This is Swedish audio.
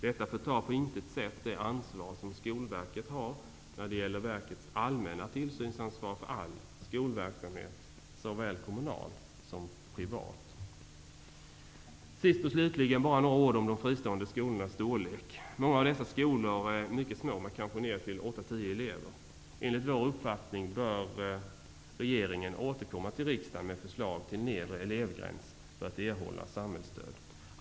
Detta förtar på intet sätt det ansvar som Skolverket har när det gäller verkets allmänna tillsynsansvar för all skolverksamhet, kommunal såväl som privat. Sist och slutligen bara några ord om de fristående skolornas storlek. Många av dessa skolor är mycket små med kanske enbart 8--10 elever. Enligt vår uppfattning bör regeringen återkomma till riksdagen med förslag till nedre elevgräns för att erhålla samhällsstöd.